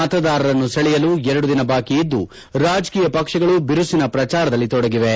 ಮತದಾರರನ್ನು ಸೆಳೆಯಲು ಎರಡು ದಿನ ಬಾಕಿ ಇದ್ದು ರಾಜಕೀಯ ಪಕ್ಷಗಳು ಬಿರುಸಿನ ಪ್ರಚಾರದಲ್ಲಿ ತೊಡಗಿವೆ